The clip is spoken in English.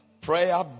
prayer